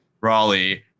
raleigh